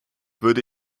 würde